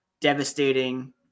devastating